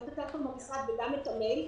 גם את הטלפון במשרד וגם את המייל,